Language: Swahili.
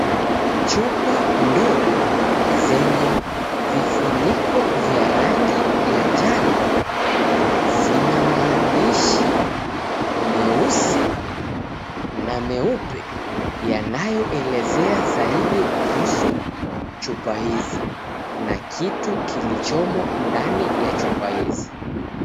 Chupa ndogo zenye vifuniko vya rangi ya njano zina maandishi meusi na meupe yanayoelezea zaidi kuhusu chupa hizi na kitu kilichomo ndani ya chupa hizi.